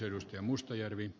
arvoisa puhemies